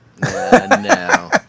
No